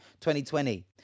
2020